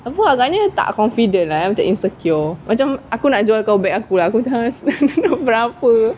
aku agaknya tak confident lah eh macam insecure macam aku nak jual tote bag aku berapa